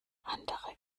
andere